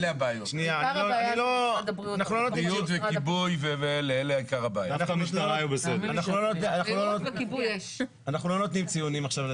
אנחנו לא נותנים עכשיו ציונים.